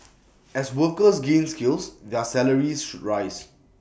as workers gain skills their salaries should rise